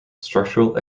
structural